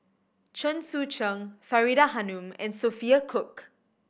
Chen Sucheng Faridah Hanum and Sophia Cooke